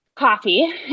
coffee